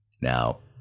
Now